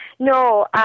No